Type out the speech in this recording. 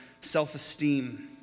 self-esteem